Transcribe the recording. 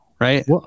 Right